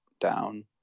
down